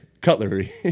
cutlery